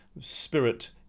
spirit